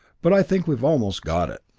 but i think we've almost got it.